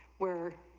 where